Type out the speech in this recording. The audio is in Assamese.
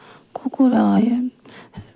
কুকুৰাও